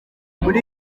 muri